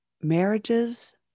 Marriages